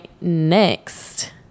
next